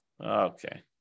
Okay